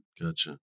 gotcha